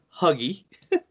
huggy